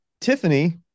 Tiffany